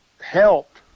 helped